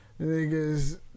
Niggas